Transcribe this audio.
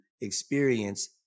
experience